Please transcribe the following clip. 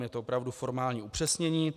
Je to opravdu formální upřesnění.